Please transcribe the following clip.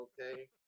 okay